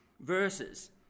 verses